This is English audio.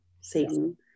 satan